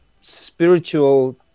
spiritual